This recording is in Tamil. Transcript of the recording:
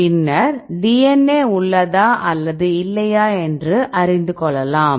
பின்னர் DNA உள்ளதாஅல்லது இல்லையா என அறிந்துக் கொள்ளலாம்